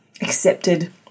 accepted